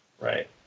Right